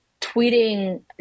tweeting